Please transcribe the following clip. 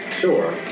Sure